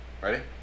Ready